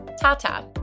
Tata